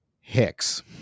Hicks